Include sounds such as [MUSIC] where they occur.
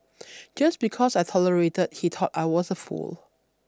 [NOISE] just because I tolerated he thought I was a fool